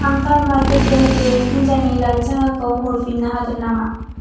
आं कर्मा केतेल बेरेफुंजानि लाल साहाखौ हरफिननो हागोन नामा